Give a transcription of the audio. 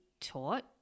taught